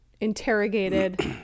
interrogated